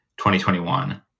2021